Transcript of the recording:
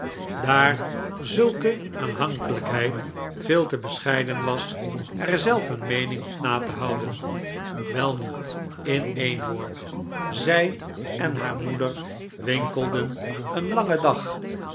daar zulke aanhankelijkheid veel te bescheiden was er zelf een meening op na te houden welnu in een woord zij en haar moeder winkelden een langen dag